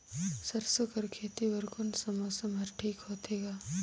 सरसो कर खेती बर कोन मौसम हर ठीक होथे ग?